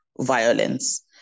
violence